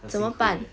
很辛苦 leh